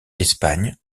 espagne